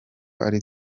ari